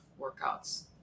workouts